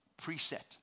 preset